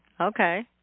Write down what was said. Okay